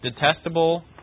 detestable